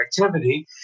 activity